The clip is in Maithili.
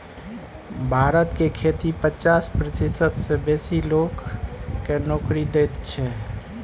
भारत के खेती पचास प्रतिशत सँ बेसी लोक केँ नोकरी दैत छै